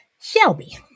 shelby